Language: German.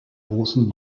großen